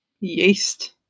Yeast